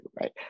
right